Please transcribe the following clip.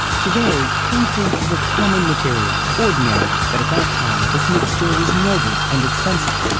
today concrete is a common material, ordinary but at that time this mixture was noble and expensive.